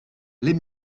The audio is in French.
les